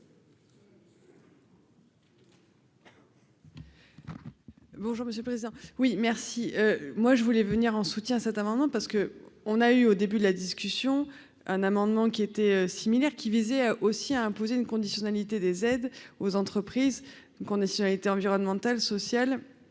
Bonjour, monsieur le président, oui, merci, moi je voulais venir en soutien cet amendement parce que on a eu au début de la discussion un amendement qui était similaire qui visait aussi à imposer une conditionnalité des aides aux entreprises qu'on été environnementale, sociale